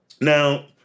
Now